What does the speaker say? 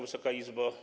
Wysoka Izbo!